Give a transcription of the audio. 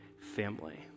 family